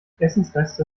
essensreste